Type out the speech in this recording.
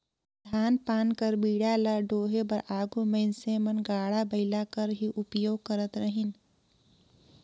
धान पान कर बीड़ा ल डोहे बर आघु मइनसे मन गाड़ा बइला कर ही उपियोग करत रहिन